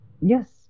Yes